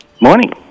Morning